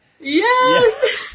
yes